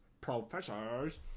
Professors